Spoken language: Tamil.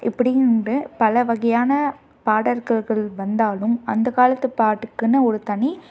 இப்படின்ற பலவகையான பாடகர்கள் வந்தாலும் அந்த காலத்து பாட்டுக்குன்னு ஒரு தனி